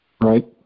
Right